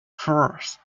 first